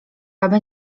aby